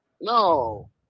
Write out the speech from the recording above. No